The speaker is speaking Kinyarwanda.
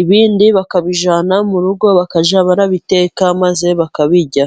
,ibindi bakabijyana mu rugo bakajya barabiteka maze bakabijya.